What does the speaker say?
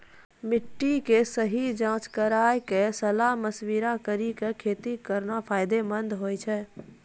मिट्टी के सही जांच कराय क सलाह मशविरा कारी कॅ खेती करना फायदेमंद होय छै